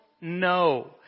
No